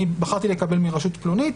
אני בחרתי לקבל מרשות פלונית,